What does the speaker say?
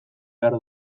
behar